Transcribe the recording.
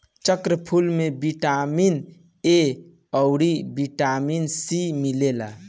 चक्रफूल में vitamin A अउरी बिटामिन सी मिलेला